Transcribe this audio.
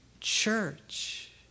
church